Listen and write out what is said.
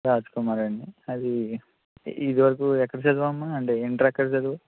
రాజకుమారి అండి ఇది వరకు ఎక్కడ చదివావు అమ్మ ఇంటర్ ఎక్కడ చదివావు